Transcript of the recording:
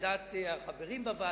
את דעת החברים בוועדה,